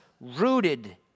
rooted